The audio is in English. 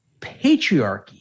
patriarchy